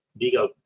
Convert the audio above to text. legal